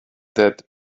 that